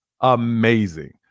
amazing